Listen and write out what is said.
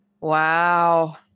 Wow